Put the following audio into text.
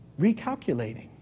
recalculating